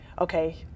okay